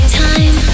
time